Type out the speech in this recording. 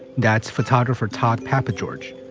that's photographer todd papageorge.